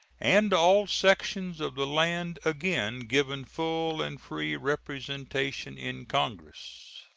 and all sections of the land again given full and free representation in congress.